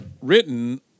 written